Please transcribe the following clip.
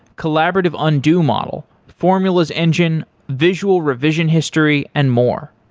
collaborative undo model, formulas engine, visual revision history and more.